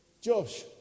Josh